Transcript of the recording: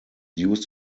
used